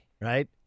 right